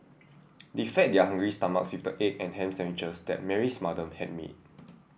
they fed their hungry stomachs with the egg and ham sandwiches that Mary's mother had made